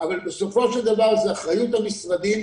אבל בסופו של דבר זה אחריות המשרדים.